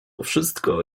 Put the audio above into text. wszystko